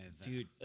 Dude